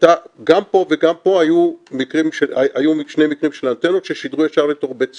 גם פה וגם פה היו שני מקרים של אנטנות ששידרו ישר לתוך בית ספר.